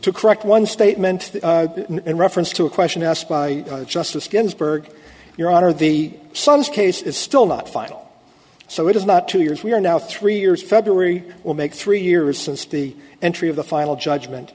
to correct one statement in reference to a question asked by justice ginsburg your honor the son's case is still not final so it is not two years we are now three years february will make three years since the entry of the final judgment